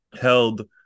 held